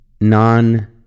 non